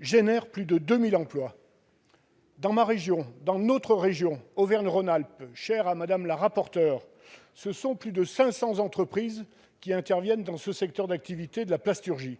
génère plus de 2 000 emplois. Dans notre région Auvergne-Rhône-Alpes, chère à Mme la rapporteur, plus de 500 entreprises interviennent dans ce secteur d'activité. Ce sont des